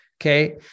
Okay